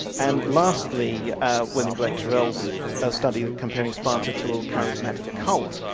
and lastly william blake tyrrell's study comparing sparta to a charismatic cult,